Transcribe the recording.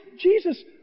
Jesus